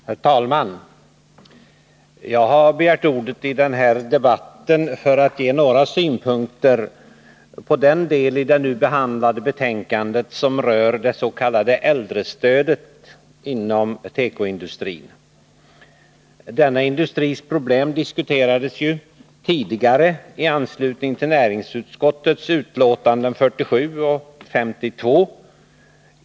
Herr talman! Jag har begärt ordet i den här debatten för att ge några synpunkter på den del i det nu behandlade arbetsmarknadsutskottsbetänkandet som rör det s.k. äldrestödet till tekoindustrin. Denna industris problem diskuterades tidigare i anslutning till näringsutskottets betänkanden 47 och 52.